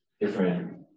different